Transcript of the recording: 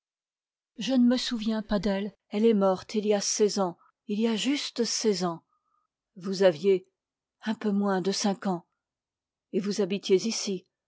je ne me souviens pas d'elle elle est morte il y a seize ans il y a juste seize ans vous aviez un peu moins de cinq ans et vous habitiez ici